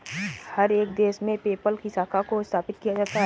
हर एक देश में पेपल की शाखा को स्थापित किया जा रहा है